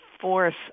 force